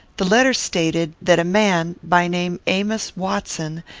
the letter stated, that a man, by name amos watson,